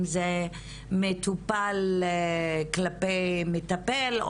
אם זה מטופל כלפי מטפל,